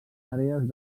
àrees